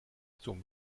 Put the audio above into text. zum